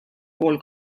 pool